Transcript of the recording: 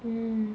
mm